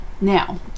Now